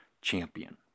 champion